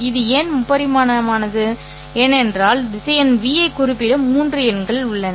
இது ஏன் முப்பரிமாணமானது ஏனென்றால் திசையன் ́v ஐக் குறிப்பிட மூன்று எண்கள் உள்ளன